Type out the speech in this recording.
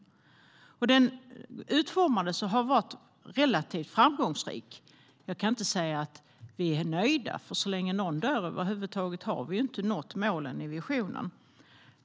Nollvisionen utformades och har varit relativt framgångsrik. Jag kan inte säga att vi är nöjda. Så länge någon dör har vi över huvud taget inte nått målen med visionen.